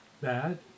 bad